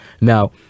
Now